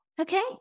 Okay